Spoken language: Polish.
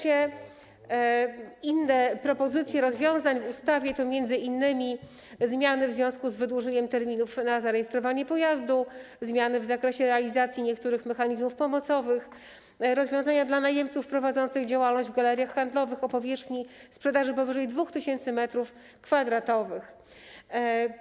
Inne propozycje rozwiązań w ustawie to m.in. zmiany w związku z wydłużeniem terminów na zarejestrowanie pojazdu, zmiany w zakresie realizacji niektórych mechanizmów pomocowych, rozwiązania dla najemców prowadzących działalność w galeriach handlowych o powierzchni sprzedaży powyżej 2000 m2.